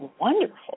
wonderful